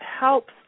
helps